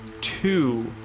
two